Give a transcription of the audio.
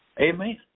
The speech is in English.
Amen